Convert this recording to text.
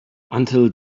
until